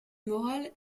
morale